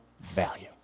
value